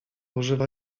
używa